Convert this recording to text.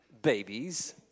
babies